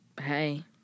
hey